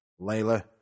Layla